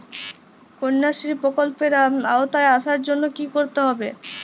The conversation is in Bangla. কন্যাশ্রী প্রকল্পের আওতায় আসার জন্য কী করতে হবে?